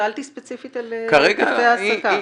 שאלתי ספציפית על העסקה.